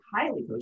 highly